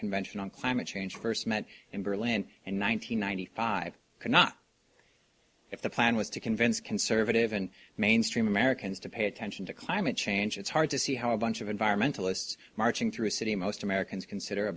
convention on climate change first met in berlin in one thousand nine hundred five cannot if the plan was to convince conservative and mainstream americans to pay attention to climate change it's hard to see how a bunch of environmentalists marching through city most americans consider a